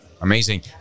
Amazing